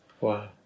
Wow